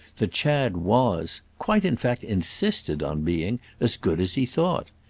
that chad was quite in fact insisted on being as good as he thought?